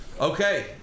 Okay